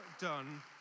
done